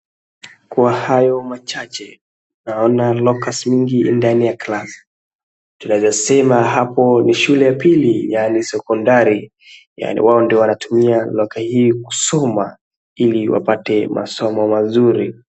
Kwa hayo machache, naona lockers mingi ndani ya class , tunaweza sema hapo ni shule pili yaani sekondari yaani wao ndio wanatumia locker hii kusoma ili wapate masomo mazuri.